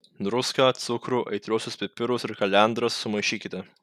druską cukrų aitriuosius pipirus ir kalendras sumaišykite